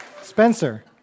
Spencer